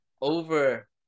over